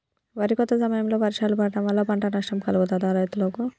వరి కోత సమయంలో వర్షాలు పడటం వల్ల పంట నష్టం కలుగుతదా రైతులకు?